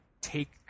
take